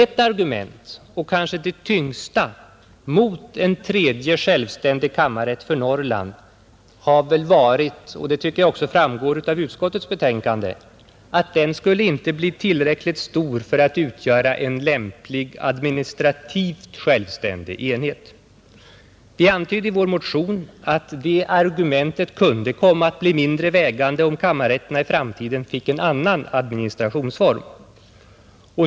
Ett argument — och kanske det tyngsta — mot en tredje självständig kammarrätt för Norrland har varit, och det framgår också av utskottets betänkande, att den inte skulle bli tillräckligt stor för att utgöra en lämplig administrativt självständig enhet. Vi antydde i vår motion att det argumentet kunde komma att bli mindre vägande om kammarrätterna i framtiden fick en annan administrationsform.